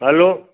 hello